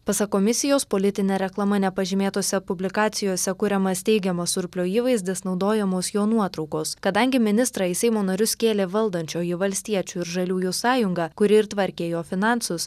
pasak komisijos politine reklama nepažymėtose publikacijose kuriamas teigiamas surplio įvaizdis naudojamos jo nuotraukos kadangi ministrą į seimo narius kėlė valdančioji valstiečių ir žaliųjų sąjunga kuri ir tvarkė jo finansus